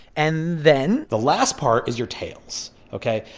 and then. the last part is your tails. ok?